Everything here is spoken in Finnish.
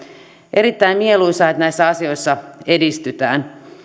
erittäin mieluisaa että näissä asioissa edistytään